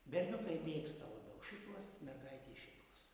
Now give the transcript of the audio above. berniukai mėgsta labiau šituos mergaitės šituos